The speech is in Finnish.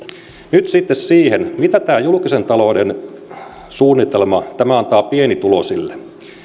nyt sitten siihen mitä julkisen talouden suunnitelma antaa pienituloisille